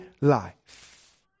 life